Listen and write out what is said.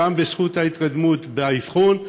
גם בזכות ההתקדמות באבחון,